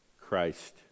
Christ